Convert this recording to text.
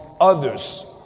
others